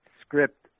script